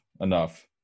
enough